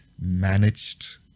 managed